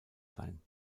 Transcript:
sein